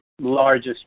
largest